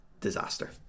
disaster